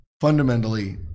fundamentally